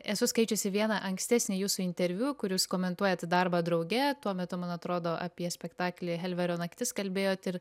esu skaičiusi vieną ankstesnį jūsų interviu kur jūs komentuojat darbą drauge tuo metu man atrodo apie spektaklį helverio naktis kalbėjot ir